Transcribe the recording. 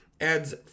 Adds